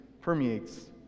permeates